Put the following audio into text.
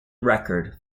record